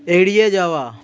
এড়িয়ে যাওয়া